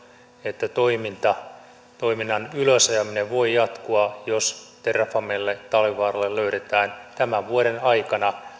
että toiminnan ylösajaminen voi jatkua jos terrafamelle talvivaaralle löydetään tämän vuoden aikana